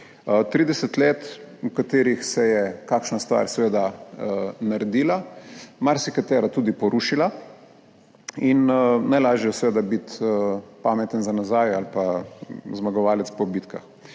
30 let, v katerih se je kakšna stvar seveda naredila, marsikatera tudi porušila in najlažje je seveda biti pameten za nazaj ali pa zmagovalec po bitkah.